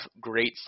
great